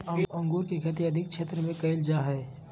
अंगूर के खेती अधिक क्षेत्र में कइल जा हइ